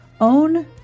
own